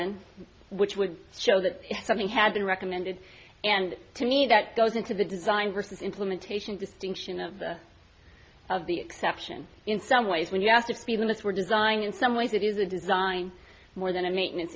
and which would show that something had been recommended and to me that goes into the design versus implementation distinction of of the exception in some ways when you ask for speed limits were designed in some ways it is a design more than a maintenance